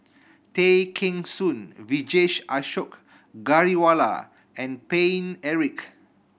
Tay Kheng Soon Vijesh Ashok Ghariwala and Paine Eric